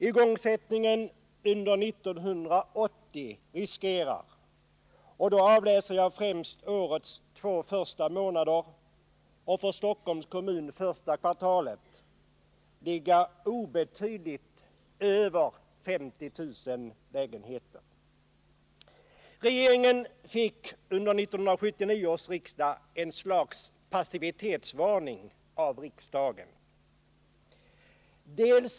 Igångsättningen under 1980 riskerar — och då gör jag en avläsning främst för årets två första månader och för Stockholms kommun för det första kvartalet — att ligga obetydligt över 50 000 lägenheter. Regeringen fick under 1979 års riksdag ett slags passivitetsvarning av riksdagen. Bl.